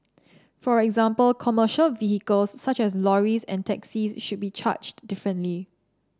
for example commercial vehicles such as lorries and taxis should be charged differently